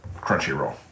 Crunchyroll